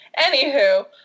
Anywho